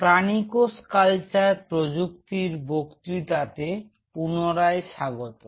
প্রাণী কোষ কালচার প্রযুক্তির বক্তৃতাতে পুনরায় স্বাগতম